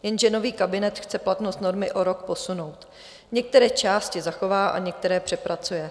Jenže nový kabinet chce platnost normy o rok posunout, některé části zachová a některé přepracuje.